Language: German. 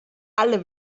alle